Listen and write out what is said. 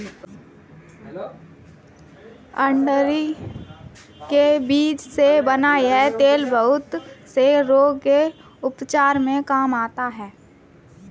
अरंडी के बीज से बना यह तेल बहुत से रोग के उपचार में काम आता है